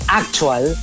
actual